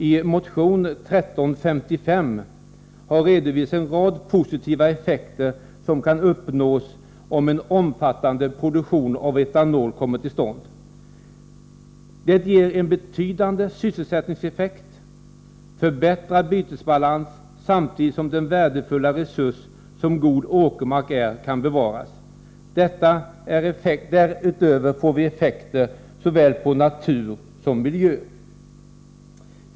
I motion 1355 har redovisats en rad positiva effekter, som kan uppnås om en omfattande produktion av etanol kommer till stånd. Det ger en betydande sysselsättningseffekt och förbättrad bytesbalans samtidigt som den värdefulla resurs som god åkermark är kan bevaras. Därutöver får vi effekter på såväl natur som miljö.